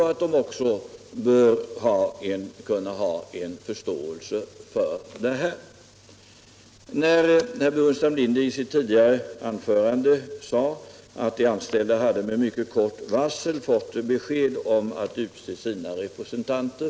De bör också kunna ha förståelse för det. Herr Burenstam Linder nämnde i sitt tidigare anförande att de anställda — Nr 15 med mycket kort varsel fått instruktion om att utse sina representanter.